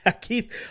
Keith